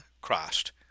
Christ